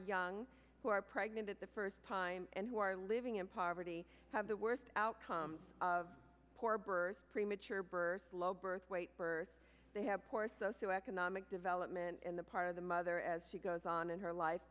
young who are pregnant at the first time and who are living in poverty have the worst outcome of poor birth premature birth low birth weight birth they have poor socioeconomic development in the part of the mother as she goes on in her life